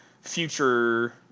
future